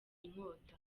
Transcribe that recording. inkota